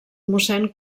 mossèn